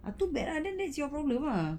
ah too bad lah then that's your problem ah